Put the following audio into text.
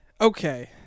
Okay